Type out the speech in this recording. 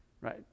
Right